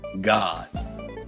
God